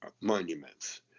monuments